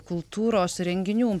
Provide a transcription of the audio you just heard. kultūros renginių